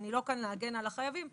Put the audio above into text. אני לא כאן להגן על החייבים,